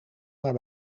naar